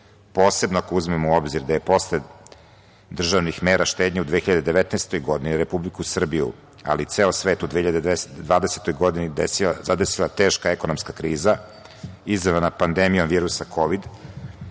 posebno ako uzmemo u obzir da je posle državnih mera štednje u 2019. godini Republiku Srbiju, ali ceo svet u 2020. godini zadesila teška ekonomska kriza izazvana pandemijom virusa Kovid